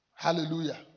Hallelujah